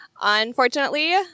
Unfortunately